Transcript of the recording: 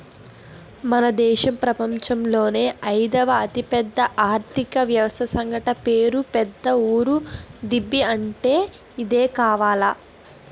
మన దేశం ప్రపంచంలోనే అయిదవ అతిపెద్ద ఆర్థిక వ్యవస్థట పేరు పెద్ద ఊరు దిబ్బ అంటే ఇదే కావాల